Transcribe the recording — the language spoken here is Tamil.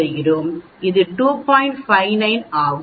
59 ஆகும்